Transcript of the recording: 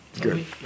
Good